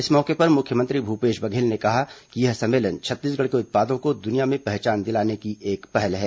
इस मौके पर मुख्यमंत्री भूपेश बघेल ने कहा कि यह सम्मेलन छत्तीसगढ़ के उत्पादों को दुनिया में पहचान दिलाने की एक पहल है